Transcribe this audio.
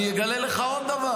אני אגלה לך עוד דבר: